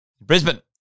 Brisbane